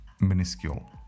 minuscule